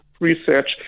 research